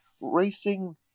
racing